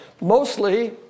mostly